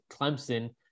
Clemson